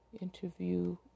interview